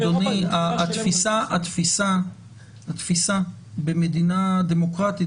התפיסה במדינה דמוקרטית,